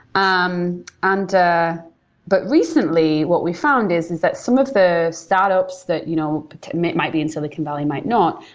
um and but recently, what we found is is that some of that startups that you know might might be in silicon valley, might not,